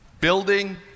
building